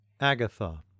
Agatha